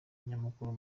nyamukuru